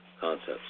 concepts